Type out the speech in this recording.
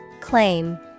Claim